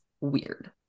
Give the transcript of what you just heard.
weird